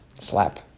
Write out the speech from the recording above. Slap